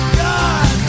god